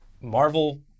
Marvel